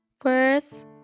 First